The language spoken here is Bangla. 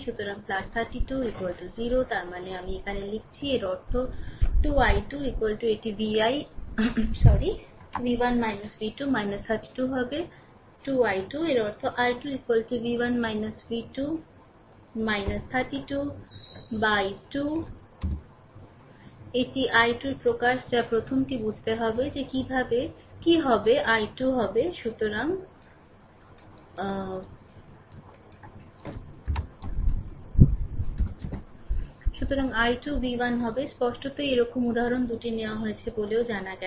সুতরাং 32 0 তার মানে আমি এখানে লিখছি এর অর্থ 2 i2 এটি v 1 v 2 32 হবে 2 i2 এর অর্থ i2 v1 v2 32 2 এটি i2 এর প্রকাশ যা প্রথমটি বুঝতে হবে যে কী হবে i2 হবে সুতরাং i2 v 1 হবে স্পষ্টতই এরকম উদাহরণ দুটি নেওয়া হয়েছে বলেও জানা গেছে